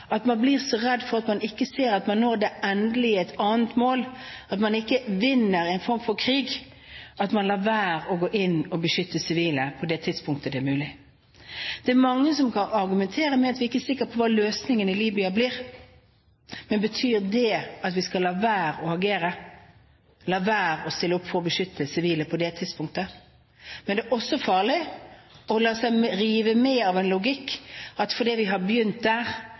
at man blir så redd for at man ikke ser at man når det endelige, et annet mål, at man ikke vinner en form for krig, at man lar være å gå inn og beskytte sivile på det tidspunktet det er mulig. Det er mange som kan argumentere med at vi ikke er sikre på hva løsningen i Libya blir, men betyr det at vi skal la være å agere, la være å stille opp for å beskytte sivile på det tidspunktet? Men det er også farlig å la seg rive med av den logikk at fordi vi har begynt der,